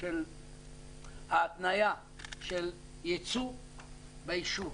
שההתניה של ייצוא באישור,